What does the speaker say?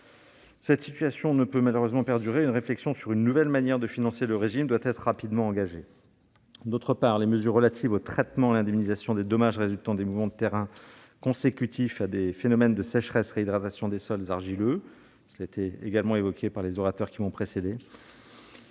Cette situation ne peut malheureusement perdurer, et une réflexion sur une nouvelle manière de financer le régime doit être rapidement engagée. Par ailleurs, les mesures relatives au traitement et à l'indemnisation des dommages résultant des mouvements de terrain consécutifs à des phénomènes de sécheresse-réhydratation des sols argileux ne sont pas à la hauteur des défis. Là encore,